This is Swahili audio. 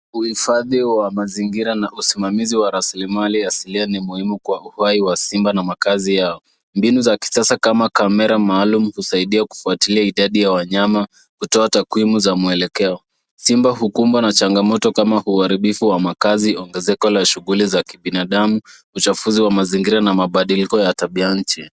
Uhifadhi wa mazingira na usimamizi wa rasilimali asili ni muhimu kwa uhai wa simba na makaazi yao. Mbinu za kisasa kama kamera maalum husaidia kufwatilia idadi ya wanyama, kutoa takwimu za mwelekeo. Simba hukumbwa na changamoto kama uharibifu wa makaazi, ongezeko za shuguli za kibinadamu, uchafuzi wa mazingira na mabadiliko ya tabia nchi.